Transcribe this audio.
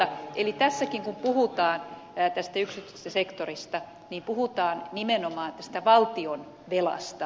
eli tässäkin kun puhutaan tästä yksityisestä sektorista puhutaan nimenomaan tästä valtion velasta